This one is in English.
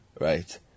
right